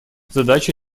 задача